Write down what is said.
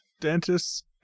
Dentists